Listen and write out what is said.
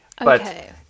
Okay